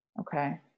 Okay